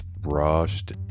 rushed